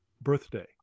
birthday